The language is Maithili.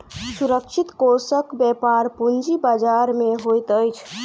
सुरक्षित कोषक व्यापार पूंजी बजार में होइत अछि